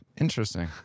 Interesting